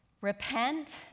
Repent